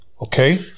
Okay